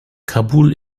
kabul